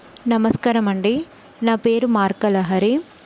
నమస్కారం అండి నా పేరు మార్క లహరి